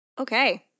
Okay